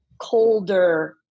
colder